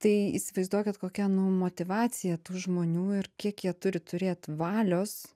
tai įsivaizduokit kokia nu motyvacija tų žmonių ir kiek jie turi turėt valios